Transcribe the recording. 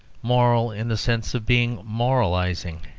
moral in the sense of being moralising.